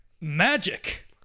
Magic